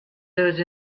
those